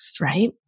right